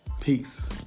Peace